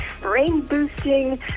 brain-boosting